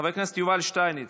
חבר הכנסת יובל שטייניץ,